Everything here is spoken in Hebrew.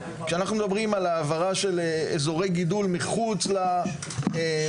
כשאנחנו מדברים על העברה של אזורי גידול מחוץ למושבים,